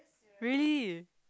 really